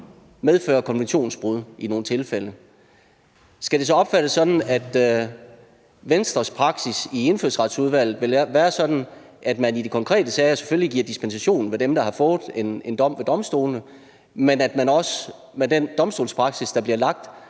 medfører konventionsbrud i nogle tilfælde. Skal det så opfattes sådan, at Venstres praksis i Indfødsretsudvalget vil være sådan, at man i de konkrete sager selvfølgelig giver dispensation til dem, der har fået en dom ved domstolene, men at man også med den domstolspraksis, der bliver lagt,